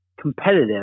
competitive